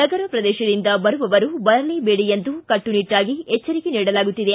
ನಗರ ಪ್ರದೇಶದಿಂದ ಬರುವವರು ಬರಲೇಬೇಡಿ ಎಂದು ಕಟ್ಟುನಿಟ್ಟಾಗಿ ಎಚ್ವರಿಕೆ ನೀಡಲಾಗುತ್ತಿದೆ